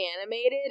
animated